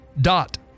Dot